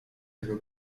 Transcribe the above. tego